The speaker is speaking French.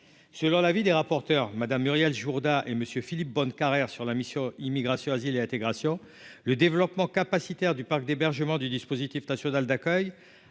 selon l'avis des rapporteurs madame Muriel Jourda et monsieur Philippe Bonnecarrère sur la mission Immigration, asile et intégration le développement capacitaire du parc d'hébergement du dispositif national d'accueil